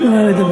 תנו לה לדבר.